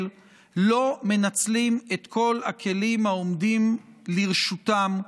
לא מנצלים את כל הכלים העומדים לרשותם,